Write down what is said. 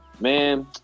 Man